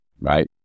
right